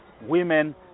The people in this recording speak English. Women